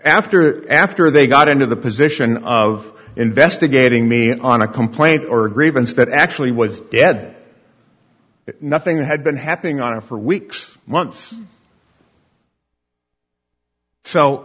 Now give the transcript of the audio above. after after they got into the position of investigating me on a complaint or grievance that actually was dead nothing had been happening on it for weeks months so